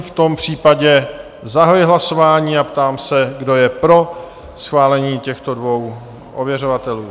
V tom případě zahajuji hlasování a ptám se, kdo je pro schválení těchto dvou ověřovatelů?